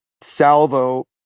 salvo